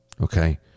okay